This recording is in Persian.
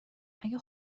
اگه